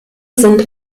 sind